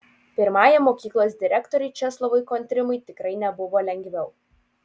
pirmajam mokyklos direktoriui česlovui kontrimui tikrai nebuvo lengviau